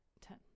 ten